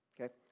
Okay